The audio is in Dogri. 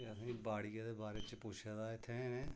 असेंगी बाड़ियै दे बारे च पुच्छे दा इत्थें इनें